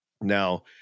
Now